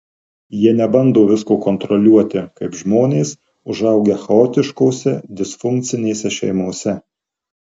jie nebando visko kontroliuoti kaip žmonės užaugę chaotiškose disfunkcinėse šeimose